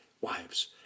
wives